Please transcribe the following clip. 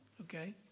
Okay